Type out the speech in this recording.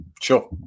sure